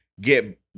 get